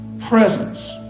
presence